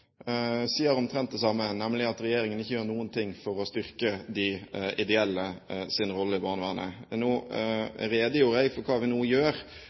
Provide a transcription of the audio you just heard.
omtrent det samme, nemlig at regjeringen ikke gjør noen ting for å styrke de ideelles rolle i barnevernet. Jeg redegjorde for hva vi nå gjør.